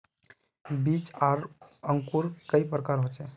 बीज आर अंकूर कई प्रकार होचे?